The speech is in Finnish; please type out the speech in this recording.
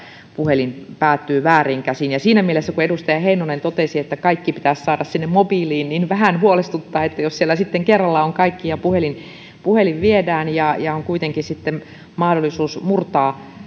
puhelin päätyy vääriin käsiin siinä mielessä kun edustaja heinonen totesi että kaikki pitäisi saada sinne mobiiliin niin vähän huolestuttaa jos siellä sitten kerralla on kaikki ja puhelin puhelin viedään ja ja on kuitenkin sitten mahdollisuus murtaa